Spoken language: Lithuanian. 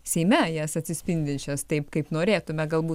seime jas atsispindinčias taip kaip norėtume galbūt